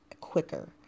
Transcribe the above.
quicker